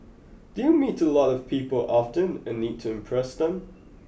do you meet a lot of people often and need to impress them